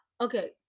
okay